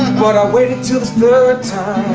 but i waited til the third